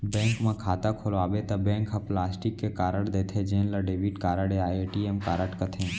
bank म खाता खोलवाबे त बैंक ह प्लास्टिक के कारड देथे जेन ल डेबिट कारड या ए.टी.एम कारड कथें